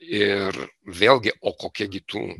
ir vėlgi o kokia gi tų